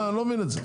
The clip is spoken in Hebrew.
אני לא מבין את זה.